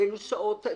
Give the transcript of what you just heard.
באילו שעות וכו'.